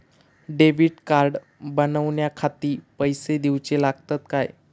Debit card बनवण्याखाती पैसे दिऊचे लागतात काय?